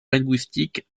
linguistiques